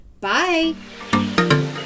Bye